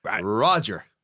Roger